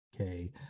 Okay